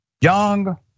Young